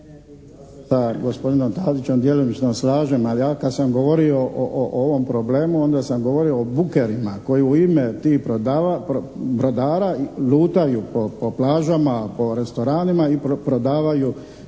sa gospodinom Tadićem djelomično slažem, ali ja kada sam govori o ovom problemu onda sam govorio o bukerima koji u ime tih brodara lutaju po plažama, po restoranima i prodavaju